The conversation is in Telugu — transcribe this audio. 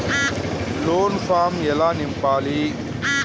లోన్ ఫామ్ ఎలా నింపాలి?